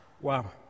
Wow